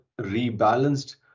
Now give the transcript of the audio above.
rebalanced